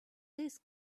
this